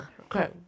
Okay